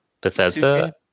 bethesda